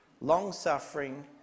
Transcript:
long-suffering